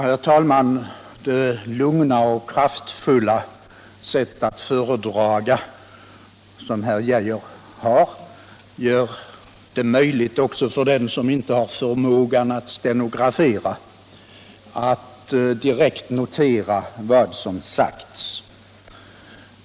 Herr talman! Det lugna och kraftfulla sätt att föredra som herr Arne Geijer i Stockholm har gör det möjligt också för den som inte har förmåga att stenografera att direkt anteckna vad som sägs.